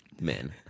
men